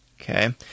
Okay